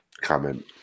comment